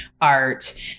art